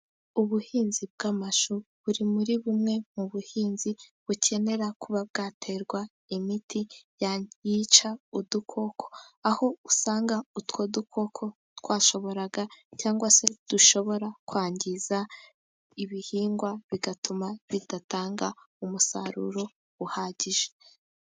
Ubuhinzi bw'amashu buri muri bumwe mu buhinzi bukenera kuba bwaterwa imiti yica udukoko, aho usanga utwo dukoko twashoboraga cyangwa se dushobora kwangiza ibihingwa bigatuma bidatanga umusaruro uhagije.